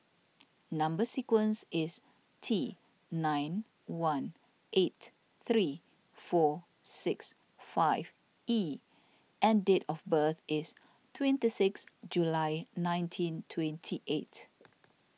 Number Sequence is T nine one eight three four six five E and date of birth is twenty six July nineteen twenty eight